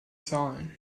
zahlen